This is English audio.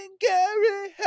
Gary